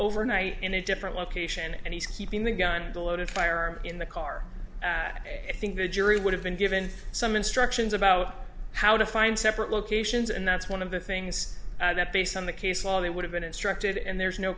over night in a different location and he's keeping the gun a loaded firearm in the car at a think the jury would have been given some instructions about how to find separate locations and that's one of the things that based on the case law they would have been instructed and there's no